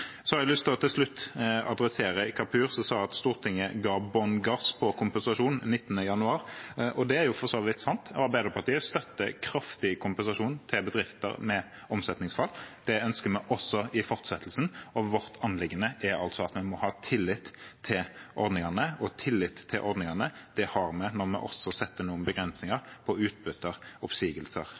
Så har jeg til slutt lyst til å adressere Kapur, som sa at Stortinget ga bånn gass på kompensasjon 19. januar. Det er for så vidt sant. Arbeiderpartiet støtter kraftig kompensasjon til bedrifter med omsetningsfall. Det ønsker vi også i fortsettelsen. Vårt anliggende er at vi må ha tillit til ordningene, og tillit til ordningene har vi når vi også setter noen begrensninger på utbytter, oppsigelser